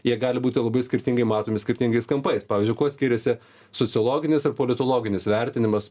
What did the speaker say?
jie gali būti labai skirtingai matomi skirtingais kampais pavyzdžiui kuo skiriasi sociologinis ir politologinis vertinimas